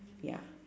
ya